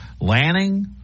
Lanning